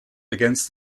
against